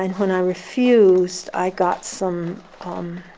and when i refused, i got some um,